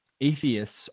atheists